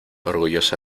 orgullosa